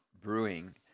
brewing –